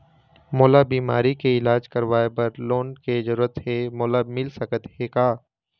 मोला बीमारी के इलाज करवाए बर लोन के जरूरत हे मोला मिल सकत हे का?